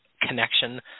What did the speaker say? connection